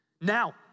Now